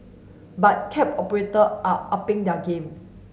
but cab operator are upping their game